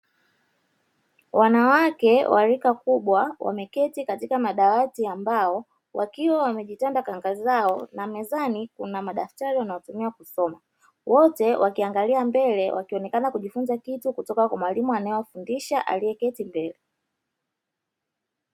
Wanawake wa rika kubwa wameketi katika madawati ya mbao, wakiwa wamejitanda kanga zao na mezani kuna madaftari wanayotumia kusoma. Wote wakiangalia mbele, wakionekana kujifunza kitu kutoka kwa mwalimu anayewafundisha aliyeketi mbele.